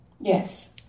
Yes